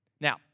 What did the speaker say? Now